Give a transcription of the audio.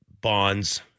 bonds